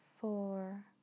four